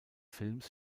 films